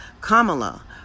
Kamala